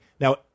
now